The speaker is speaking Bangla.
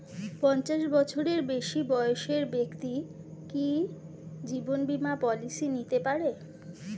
পঞ্চাশ বছরের বেশি বয়সের ব্যক্তি কি জীবন বীমা পলিসি নিতে পারে?